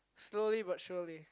slowly but surely